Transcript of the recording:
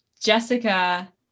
Jessica